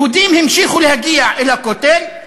יהודים המשיכו להגיע אל הכותל,